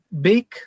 big